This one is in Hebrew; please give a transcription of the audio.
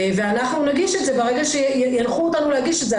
ואנחנו נגיש את זה ברגע שינחו אותנו להגיש את זה,